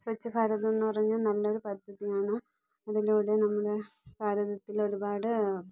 സ്വച്ഛ് ഭാരത് എന്ന് പറഞ്ഞാൽ നല്ലൊരു പദ്ധതിയാണ് അതിലൂടെ നമ്മുടെ ഭാരതത്തിൽ ഒരുപാട്